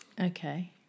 okay